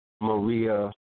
Maria